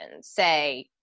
say